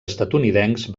estatunidencs